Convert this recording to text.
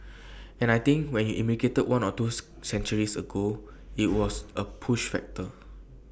and I think when you emigrated one or twos centuries ago IT was A push factor